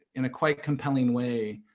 in a quite compelling way,